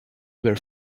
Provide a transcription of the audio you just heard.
were